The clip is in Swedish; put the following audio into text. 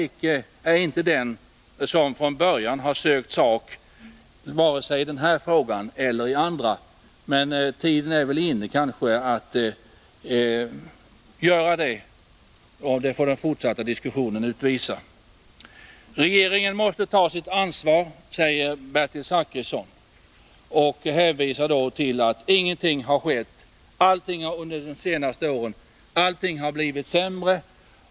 Jag är inte den som från början har sökt sak, varken i denna fråga eller i andra frågor. Men tiden tycks vara inne att göra det. Det får den fortsatta diskussionen utvisa. Regeringen måste ta sitt ansvar, säger Bertil Zachrisson och påstår att ingenting har skett under de senaste åren och att allting har blivit sämre.